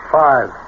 five